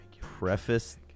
preface